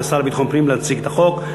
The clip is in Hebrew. התשע"ג 2013,